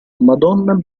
madonna